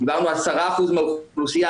על 10% מהאוכלוסייה,